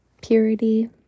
purity